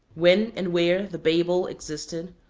when and where the babel existed,